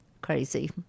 crazy